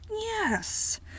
yes